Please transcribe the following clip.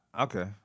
Okay